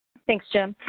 thanks john.